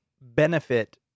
benefit